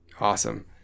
Awesome